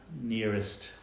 nearest